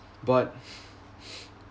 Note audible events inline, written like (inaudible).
but (noise)